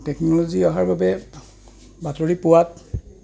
technology অহাৰ বাবে বাতৰি পোৱাত